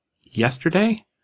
yesterday